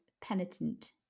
penitent